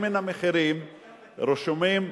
הרבה מן המחירים רשומים,